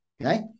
Okay